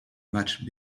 match